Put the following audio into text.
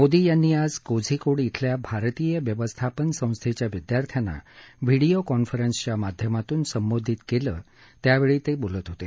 मोदी यांनी आज कोझीकोड इथल्या भारतीय व्यवस्थापन संस्थेच्या विद्यार्थ्यांना व्हिडिओ कॉन्फरन्सच्या माध्यमातून संबोधित केलं त्यावेळी ते बोलत होते